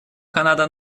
канада